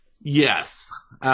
Yes